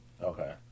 Okay